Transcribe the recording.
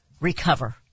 recover